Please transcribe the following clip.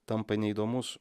tampa neįdomus